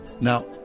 Now